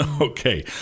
Okay